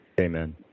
amen